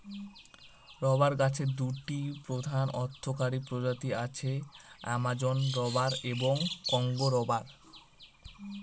rubber গাছের দুটি প্রধান অর্থকরী প্রজাতি আছে, অ্যামাজন রবার এবং কংগো রবার